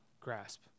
grasp